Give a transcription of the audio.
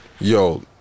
Yo